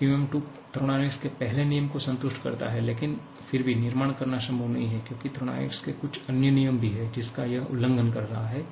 PMM II thermodynamics के पहले नियम को संतुष्ट करता है लेकिन फिर भी निर्माण करना संभव नहीं है क्योंकि थर्मोडायनामिक्स के कुछ अन्य नियम भी हैं जिसका यह उल्लंघन कर रहा है